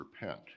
repent